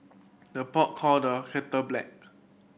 the pot call the kettle black